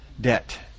debt